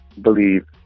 believe